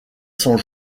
cent